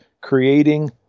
creating